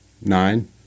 nine